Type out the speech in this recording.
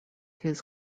his